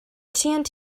tnt